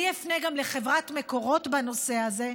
אני אפנה גם לחברת מקורות בנושא הזה,